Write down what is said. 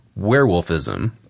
werewolfism